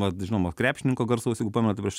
vat žinomo krepšininko garsaus jeigu pamenat prieš